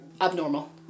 abnormal